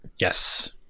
Yes